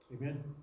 Amen